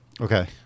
Okay